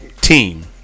Team